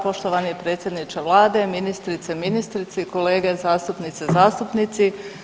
Poštovani predsjedniče Vlade, ministrice, ministri, kolege zastupnice, zastupnici.